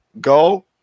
go